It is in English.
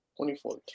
2014